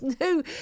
no